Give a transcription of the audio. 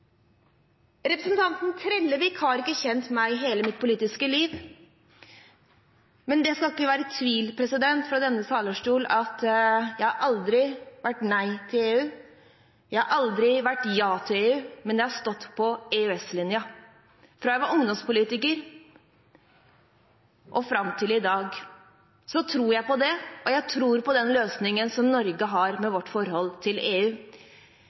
Representanten Trellevik har ikke kjent meg i hele mitt politiske liv, men det skal ikke være tvil fra denne talerstol om at jeg aldri har sagt nei til EU, jeg har aldri sagt ja til EU, men jeg har stått på EØS-linjen. Fra jeg var ungdomspolitiker og fram til i dag, har jeg trodd på det, og jeg tror på den løsningen som Norge har med vårt forhold til EU.